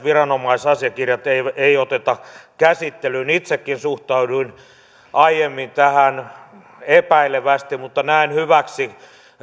viranomaisasiakirjoja ei oteta käsittelyyn itsekin suhtauduin aiemmin tähän epäilevästi mutta näen hyväksi